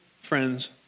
friends